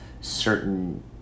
certain